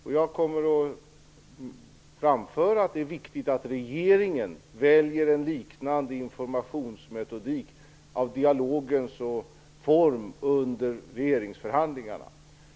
Vidare kommer jag att framföra att det är viktigt att regeringen väljer en liknande informationsmetodik av dialogens form under regeringsförhandlingarna.